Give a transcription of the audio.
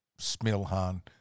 Smilhan